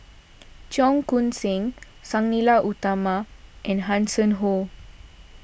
Cheong Koon Seng Sang Nila Utama and Hanson Ho